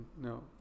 No